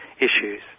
issues